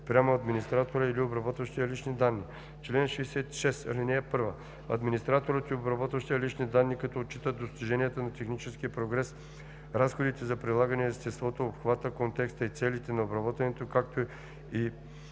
спрямо администратора или обработващия лични данни. Чл. 66. (1) Администраторът и обработващият лични данни, като отчитат достиженията на техническия прогрес, разходите за прилагане и естеството, обхвата, контекста и целите на обработването, както и